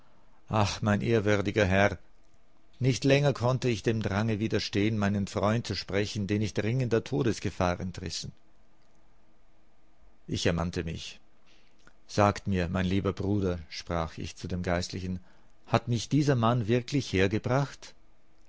ach mein ehrwürdiger herr nicht länger konnte ich dem drange widerstehen meinen freund zu sprechen den ich dringender todesgefahr entrissen ich ermannte mich sagt mir mein lieber bruder sprach ich zu dem geistlichen hat mich dieser mann wirklich hergebracht